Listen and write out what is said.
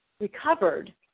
recovered